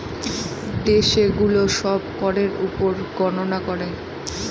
দেশে গুলো সব করের উপর গননা করে